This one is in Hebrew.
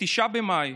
ב-9 במאי